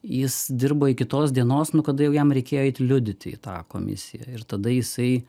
jis dirbo iki tos dienos nuo kada jau jam reikėjo eiti liudyti į tą komisiją ir tada jisai